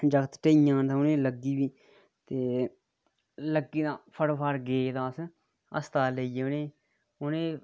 जागत ढेई जान ते उ'नें गी लग्गी बी ते लग्गी तां फटो फट गे अस अस्पताल लेइयै उ'नें गी